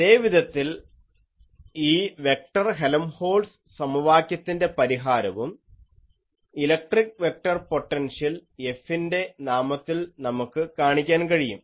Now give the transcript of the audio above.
ഇതേ വിധത്തിൽ ഈ വെക്ടർ ഹെലംഹോൾട്ട്സ് സമവാക്യത്തിൻറെ പരിഹാരവും ഇലക്ട്രിക് വെക്ടർ പൊട്ടൻഷ്യൽ F ൻറെ നാമത്തിൽ നമുക്ക് കാണിക്കാൻ കഴിയും